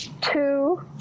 Two